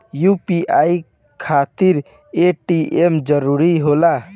UPI खातिर ATM जरूरी होला?